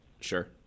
Sure